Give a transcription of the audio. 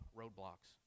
roadblocks